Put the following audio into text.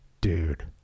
Dude